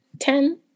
ten